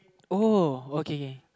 uh okay okay